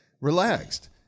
relaxed